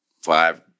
five